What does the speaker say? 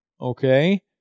Okay